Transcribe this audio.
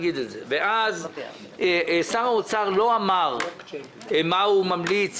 ואז שר האוצר לא אמר מה הוא ממליץ